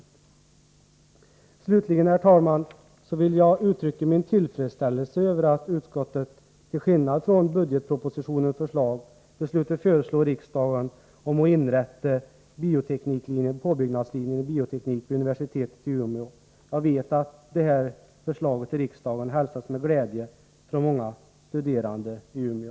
Jag vill slutligen, herr talman, uttrycka min tillfredsställelse över att utskottet, till skillnad från i budgetpropositionens förslag, beslutat föreslå riksdagen inrättande av påbyggnadslinje i bioteknik vid universitetet i Umeå. Jag vet att detta förslag i riksdagen hälsas med glädje från många studerande i Umeå.